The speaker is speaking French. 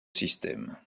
système